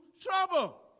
trouble